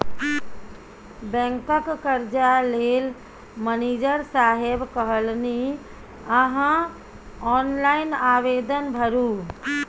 बैंकक कर्जा लेल मनिजर साहेब कहलनि अहॅँ ऑनलाइन आवेदन भरू